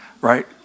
right